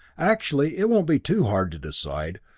actually, it won't be too hard to decide.